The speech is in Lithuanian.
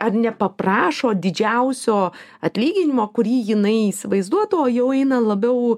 ar nepaprašo didžiausio atlyginimo kurį jinai įsivaizduotų o jau eina labiau